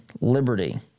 liberty